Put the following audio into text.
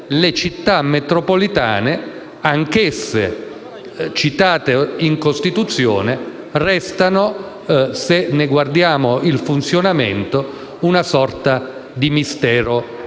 le Città metropolitane, anch'esse citate in Costituzione, restano - se ne osserviamo il funzionamento - una sorta di mistero